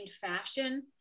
fashion